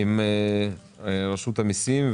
עם רשות המסים,